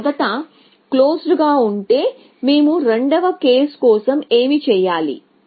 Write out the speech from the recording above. m మొదట closed గా ఉంటే మేము రెండవ కేసు కోసం ఏమి చేయాలి